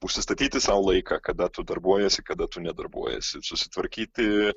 užsistatyti sau laiką kada tu darbuojiesi kada tu ne darbuojiesi susitvarkyti